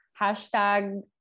Hashtag